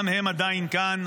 גם הן עדיין כאן.